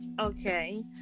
Okay